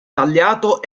tagliato